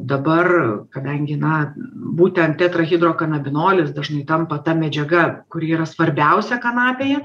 dabar kadangi na būtent tetrahidrokanabinolis dažnai tampa ta medžiaga kuri yra svarbiausia kanapėje